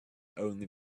only